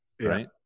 right